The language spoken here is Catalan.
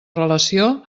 relació